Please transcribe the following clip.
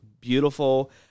beautiful